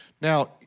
Now